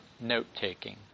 note-taking